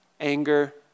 anger